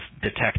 detect